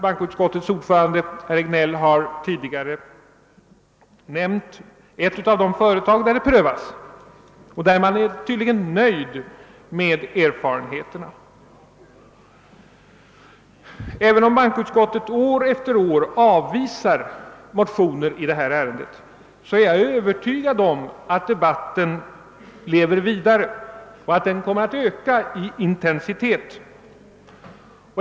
Bankoutskottets ordförande herr Regnéll har tidigare nämnt ett av de företag där systemen prövas och där man tydligen är nöjd med resultaten. Det är min övertygelse att även om bankoutskottet år efter år avvisar motioner i detta ämne, så kommer debatten att leva vidare och få ökad intensitet.